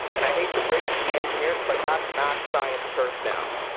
and i hate to break it to the engineers, but that's mac science turf now.